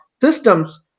systems